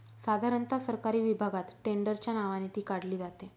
साधारणता सरकारी विभागात टेंडरच्या नावाने ती काढली जाते